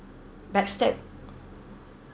backstab